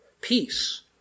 Peace